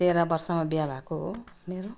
तेह्र वर्षमा बिहा भएको हो मेरो